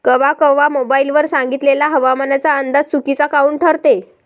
कवा कवा मोबाईल वर सांगितलेला हवामानाचा अंदाज चुकीचा काऊन ठरते?